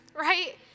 right